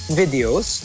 videos